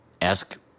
ask